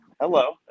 Hello